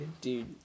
dude